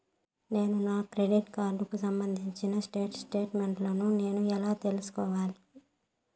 నేను నా క్రెడిట్ కార్డుకు సంబంధించిన స్టేట్ స్టేట్మెంట్ నేను ఎలా తీసుకోవాలి?